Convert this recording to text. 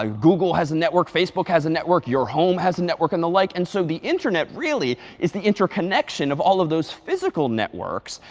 ah google has a network. facebook has a network. your home has a network and the like. and so the internet really is the interconnection of all of those physical networks.